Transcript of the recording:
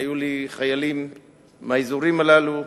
היו לי חיילים מהאזורים הללו.